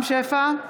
רם שפע,